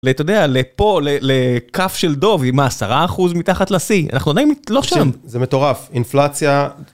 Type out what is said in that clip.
ל..אתה יודע, לפה, לכף של דוב עם 10% מתחת לשיא, אנחנו עוד היים לא שם. זה מטורף, אינפלציה.